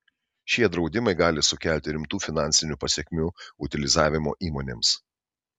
šie draudimai gali sukelti rimtų finansinių pasekmių utilizavimo įmonėms